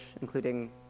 including